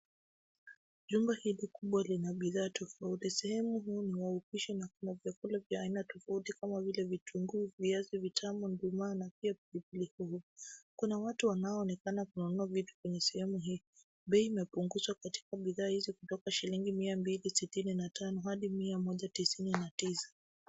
Jumba hili kubwa lina bidhaa tofauti. Sehemu hii ni ya upishi na vyakula tofauti kama vile vitunguu, viazi, vitamu, nduma na pilipili hoho. Kuna watu wanaonekana kununua vitu kwenye sehemu hii. Bei imepunguza katika bidhaa hizi kutoka shilingi mia mbili sitini na tano hadi Mia moja tisini na tisa.